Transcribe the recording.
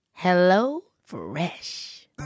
HelloFresh